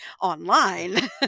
online